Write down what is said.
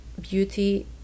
beauty